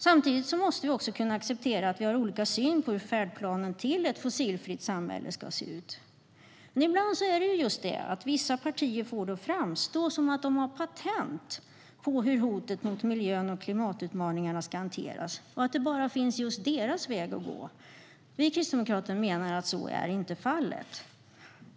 Samtidigt måste vi kunna acceptera att vi har olika syn på hur färdplanen för ett fossilfritt samhälle ska se ut. Ibland får vissa partier det att framstå som att de har patent på hur hotet mot miljön och klimatutmaningarna ska hanteras och att det bara är deras väg som finns att gå. Vi kristdemokrater menar att så inte är fallet.